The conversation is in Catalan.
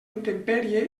intempèrie